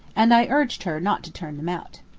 and i urged her not to turn them out.